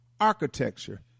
architecture